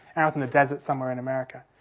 out in the desert somewhere in america.